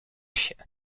się